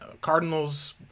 Cardinals